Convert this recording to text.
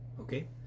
okay